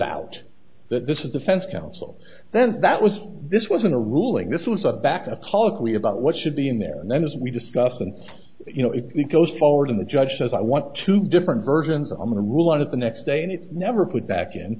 out that this is defense counsel then that was this wasn't a ruling this was a back up colloquy about what should be in there and then as we discussed and you know if it goes forward and the judge says i want two different versions i'm going to rule out of the next day and it never put back in